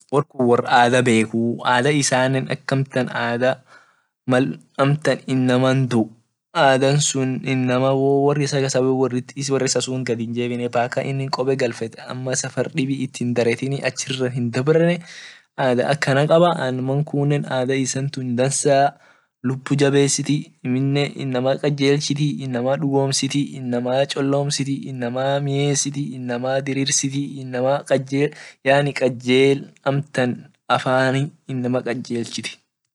Wor kun wor ada bekuu ada isane ada ak mal amtan inama duu ada inama wo ini wor isa kasabo wor isasunt gad hijebine mpaka inin kobe galfet ama safar dibi itdarete ada akana kaba inama kune ada isan tun dansa lubu jabesiti amine inama kaljesiti amine inama dugumsiti inama cholomsiti inama miyesiti inama dirirsiti inama kajel yaani amtan afani inama kajelsit.